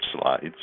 slides